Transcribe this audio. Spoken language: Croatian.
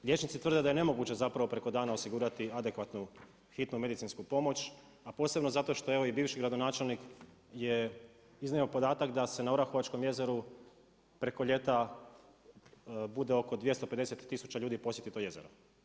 Liječnici tvrde da je nemoguće, zapravo preko dana osigurati adekvatnu hitnu medicinsku pomoć, a posebno evo zato što evo i bivši gradonačelnik je iznio podatak da se na Orahovačkom jezeru preko ljeta, bude oko 250 tisuća ljudi posjeti to jezero.